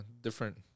different